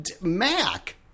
Mac